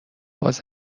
باز